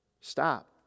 stop